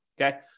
okay